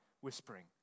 whispering